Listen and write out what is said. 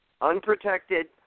unprotected